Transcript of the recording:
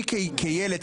אני כילד,